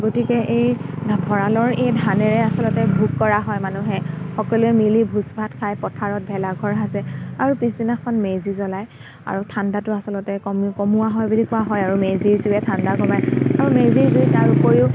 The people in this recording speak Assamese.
গতিকে এই ভঁৰালৰ এই ধানেৰে আচলতে ভোগ কৰা হয় মানুহে সকলোৱে মিলি ভোঁজ ভাত খায় পথাৰত ভেলা ঘৰ সাজে আৰু পিছদিনাখন মেজি জ্বলায় আৰু ঠাণ্ডাটো আচলতে কমি কমোৱা হয় বুলি কোৱা হয় আৰু মেজি জুয়ে ঠাণ্ডা কমায়